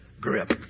grip